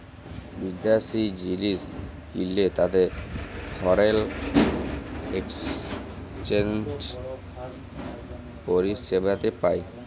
বিদ্যাশি জিলিস কিললে তাতে ফরেল একসচ্যানেজ পরিসেবাতে পায়